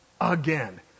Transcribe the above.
again